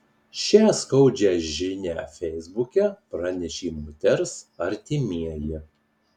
šią skaudžią žinią feisbuke pranešė moters artimieji